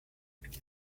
and